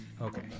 Okay